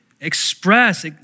express